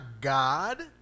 God